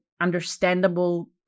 understandable